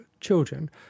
children